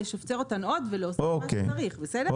לשפצר אותן עוד ולהוסיף מה שצריך בסדר?